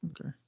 Okay